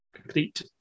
complete